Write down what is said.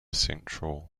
central